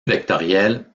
vectoriel